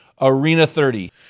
ARENA30